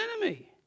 enemy